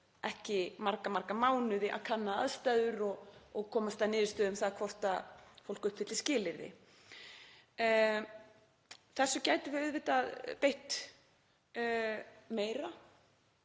ekki marga mánuði að kanna aðstæður og komast að niðurstöðu um það hvort fólk uppfylli skilyrði. Þessu gætum við auðvitað beitt meira.